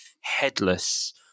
headless